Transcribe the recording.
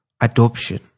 adoption